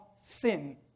sin